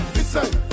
inside